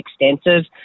extensive